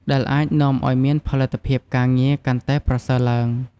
ដែលអាចនាំឱ្យមានផលិតភាពការងារកាន់តែប្រសើរឡើង។